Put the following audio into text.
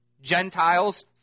Gentiles